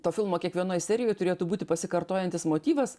to filmo kiekvienoj serijoj turėtų būti pasikartojantis motyvas